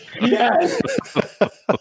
yes